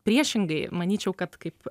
priešingai manyčiau kad kaip